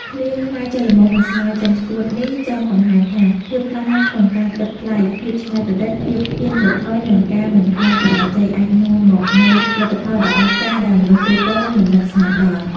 ឃ្លា ខ្មែរចេះល្មមមិនស្មេីចិនឆ្កួត នេះចង់បង្ហាញថា ភាពក្លាហានក្នុងការគិតប្លែក ភាពច្នៃប្រឌិត ភាពហ៊ានប្រថុយ និងការមិនខ្លាចបរាជ័យ អាចនាំមកនូវលទ្ធផលដ៏អស្ចារ្យដែលមនុស្សទូទៅមិននឹកស្មានដល់។